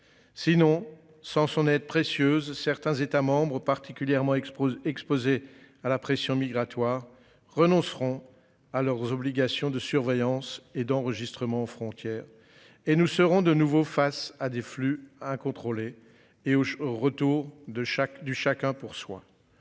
Sinon sans son aide précieuse certains États particulièrement exposés exposées à la pression migratoire renonceront à leurs obligations de surveillance et d'enregistrement aux frontières et nous serons de nouveau face à des flux incontrôlé et au au retour de chaque du chacun pour soi.